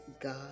god